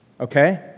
Okay